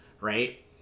Right